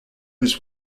was